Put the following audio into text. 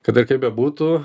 kad ir kaip bebūtų